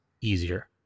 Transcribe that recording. easier